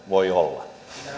voi olla